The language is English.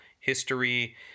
history